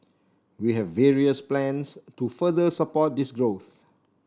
we have various plans to further support this growth